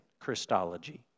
Christology